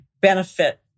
benefit